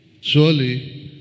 Surely